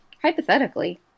Hypothetically